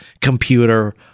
computer